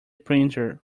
printer